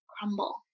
crumble